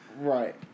Right